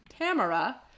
Tamara